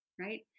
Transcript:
right